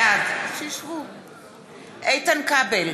בעד איתן כבל,